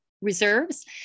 reserves